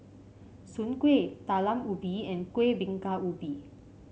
Soon Kway Talam Ubi and Kuih Bingka Ubi